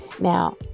Now